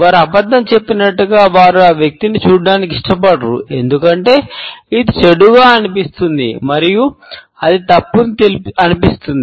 వారు అబద్ధం చెప్పినట్లుగా వారు ఆ వ్యక్తిని చూడటానికి ఇష్టపడరు ఎందుకంటే ఇది చెడుగా అనిపిస్తుంది మరియు మరియు అది తప్పు అనిపిస్తుంది